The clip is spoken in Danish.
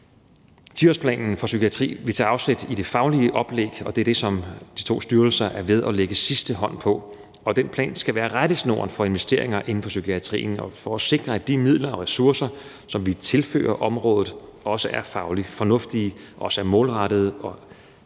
10-årsplanen for psykiatrien vil tage afsæt i det faglige oplæg, og det er det, som de to styrelser er ved at lægge sidste hånd på. Den plan skal være rettesnoren for investeringer inden for psykiatrien og sikre, at de midler og ressourcer, som vi tilfører området, også er fagligt fornuftige, også er målrettede, og at